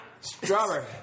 Strawberry